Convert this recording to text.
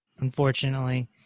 unfortunately